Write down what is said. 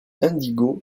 indigo